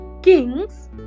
Kings